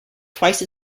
twice